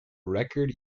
record